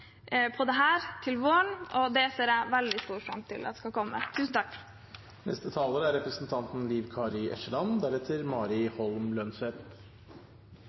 til våren, og den ser jeg veldig fram til at skal komme.